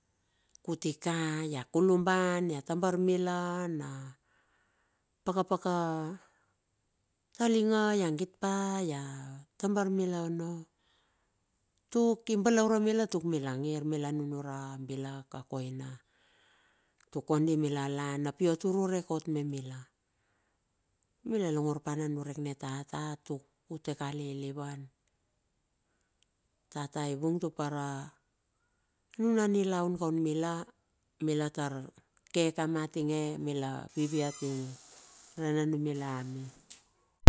Kutika ia kulumban, ia tambar mila na pakapaka talinga, ia git pa ia tambar mila ono. Tuk i balaure mila tuk mila ngir, mila nunure a bilak a koina, tuk kondi mila lan api ot ururek ot me mila. Mila longor pa na niurek ni tata tu uteka lilivan, tata i vung tupere nuna nilaun kaun mila, mila tar ke kama tinge mila tar vivi atinge re na numila ame.